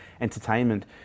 entertainment